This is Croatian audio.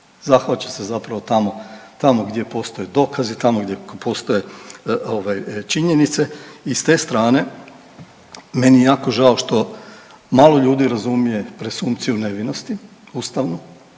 Zahvaća se zapravo tamo, tamo gdje postoje dokazi, tamo gdje postoje ovaj činjenice i s te strane meni je jako žao što malo ljudi razumije presumpciju nevinosti ustavnu